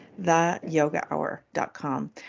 theyogahour.com